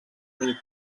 nit